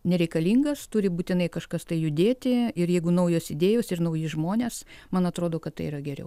nereikalingas turi būtinai kažkas tai judėti ir jeigu naujos idėjos ir nauji žmonės man atrodo kad tai yra geriau